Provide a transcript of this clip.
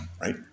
right